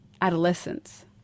adolescence